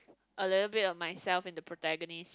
a little bit of myself in the protagonist